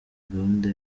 gahunda